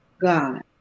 God